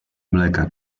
mleka